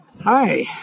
Hi